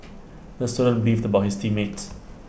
the student beefed about his team mates